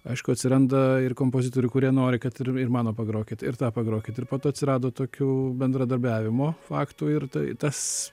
aišku atsiranda ir kompozitorių kurie nori kad ir ir mano pagrokit pagrokit ir po to atsirado tokių bendradarbiavimo faktų ir tai tas